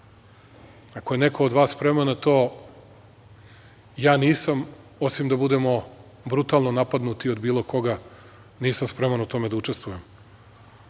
Ako je neko od vas spreman na to, ja nisam, osim da budemo brutalno napadnuti od bilo koga, nisam spreman u tome da učestvujem,